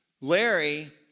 Larry